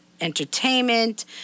entertainment